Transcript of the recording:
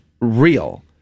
real